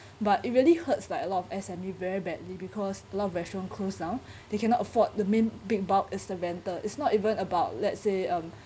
but it really hurts like a lot of S_M_E very badly because a lot of restaurant closed down they cannot afford the main big bulk is the rental it's not even about let's say um